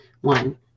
one